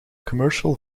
commercial